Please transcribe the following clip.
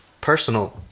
personal